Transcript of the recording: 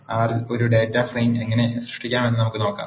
R ൽ ഒരു data frame എങ്ങനെ സൃഷ്ടിക്കാമെന്ന് നമുക്ക് നോക്കാം